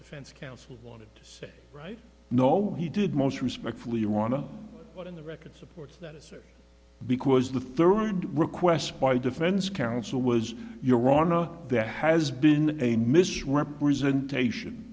defense counsel wanted to say right no he did most respectfully you want to put on the record supports that is because the third request by defense counsel was your honor there has been a misrepresentation